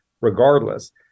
regardless